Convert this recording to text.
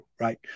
right